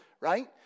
Right